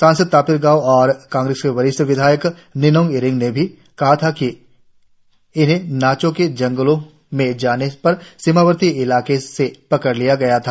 सांसद तापिर गाव और कांग्रेस के वरिष्ठ विधायक निनोंग ईरिंग ने भी कहा था कि इन्हें नाचो के जंगल में जाने पर सीमावर्ती इलाके से पकड़ लिया गया था